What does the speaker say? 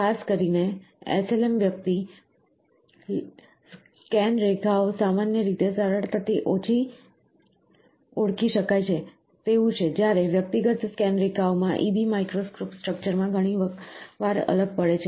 ખાસ કરીને SLM વ્યક્તિગત લેસર સ્કેન રેખાઓ સામાન્ય રીતે સરળતાથી ઓળખી શકાય તેવું છે જ્યારે વ્યક્તિગત સ્કેન રેખાઓ માં EB માઇક્રો સ્ટ્રક્ચરમાં ઘણી વાર અલગ પડે છે